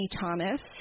Thomas